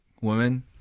women